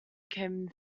came